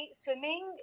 swimming